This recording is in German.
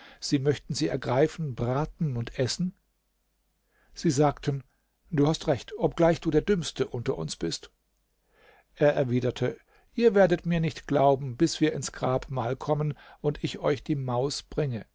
sie möchten sie ergreifen braten und essen sie sagten du hast recht obgleich du der dümmste unter uns bist er erwiderte ihr werdet mir nicht glauben bis wir ins grabmal kommen und ich euch die maus bringe